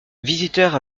visiteurs